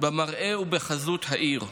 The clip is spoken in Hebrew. במראה ובחזות העיר,